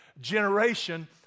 generation